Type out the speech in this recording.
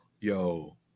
Yo